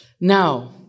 Now